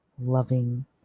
loving